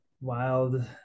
wild